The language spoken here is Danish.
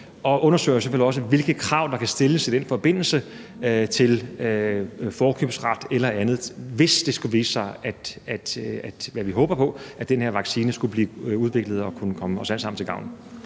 vi undersøger selvfølgelig også, hvilke krav der i den forbindelse kan stilles til forkøbsret eller andet, hvis det skulle vise sig – hvad vi håber på – at den her vaccine kan blive udviklet og komme os alle sammen til gavn.